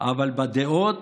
אבל בדעות,